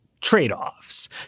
trade-offs